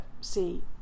see